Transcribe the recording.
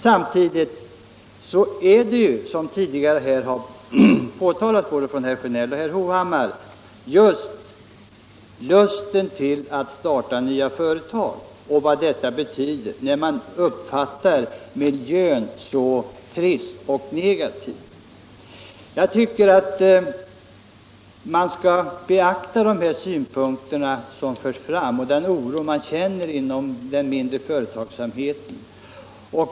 Samtidigt gäller det ju, som tidigare här har framhållits av både herr Sjönell och herr Hovhammar, just lusten att starta nya företag och vad det betyder när man uppfattar miljön som så trist och negativ. Jag tycker att vi skall beakta dessa synpunkter som förts fram och den oro man känner inom den mindre företagsamheten.